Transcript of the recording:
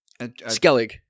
Skellig